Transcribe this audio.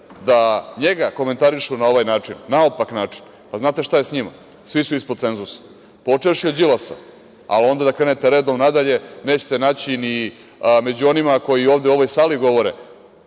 da njega komentarišu na ovaj način, naopak način, znate šta je sa njima? Svi su ispod cenzusa, počevši od Đilasa, a onda da krenete redom nadalje nećete naći ni među onima koji ovde u ovoj sali govore